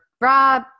Rob